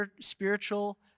Spiritual